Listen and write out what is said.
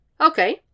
Okay